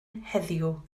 heddiw